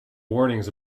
warnings